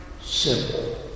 Simple